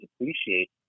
appreciate